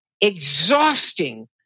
exhausting